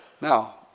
Now